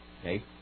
Okay